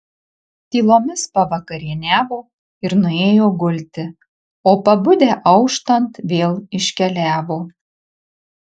tylomis pavakarieniavo ir nuėjo gulti o pabudę auštant vėl iškeliavo